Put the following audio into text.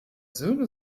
söhne